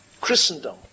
Christendom